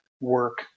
work